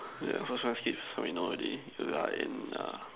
yeah so sometimes keep yeah we know already we are in err